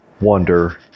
wonder